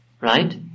right